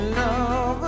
love